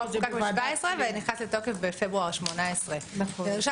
החוק חוקק ב-2017 ונכנס לתוקף בפברואר 2018. נרשם